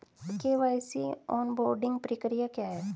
KYC onboarding प्रक्रिया क्या है?